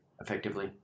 effectively